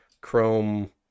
chrome